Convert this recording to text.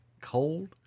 cold